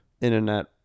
Internet